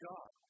God